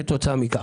כתוצאה מכך,